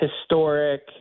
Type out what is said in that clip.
historic